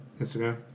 Instagram